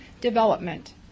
development